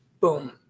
boom